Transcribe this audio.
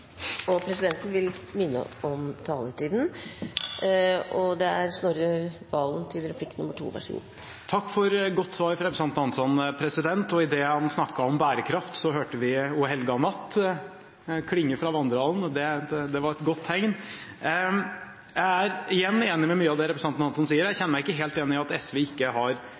viktige. Presidenten vil minne om taletiden. Takk for godt svar fra representanten Hansson. Idet han snakket om bærekraft, hørte vi «O helga natt» klinge fra Vandrehallen, og det var et godt tegn! Jeg er igjen enig i mye av det representanten Hansson sier, men jeg kjenner meg ikke helt igjen i at SV ikke har